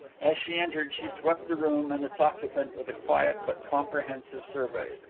as she entered she swept the room and its occupant with a quiet but comprehensive survey.